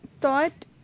thought